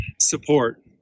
support